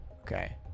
Okay